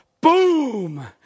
Boom